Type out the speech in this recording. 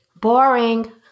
Boring